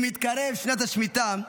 עם התקרב שנת השמיטה,